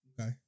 Okay